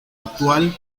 actual